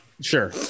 Sure